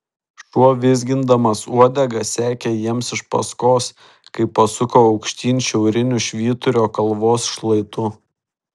šuo vizgindamas uodega sekė jiems iš paskos kai pasuko aukštyn šiauriniu švyturio kalvos šlaitu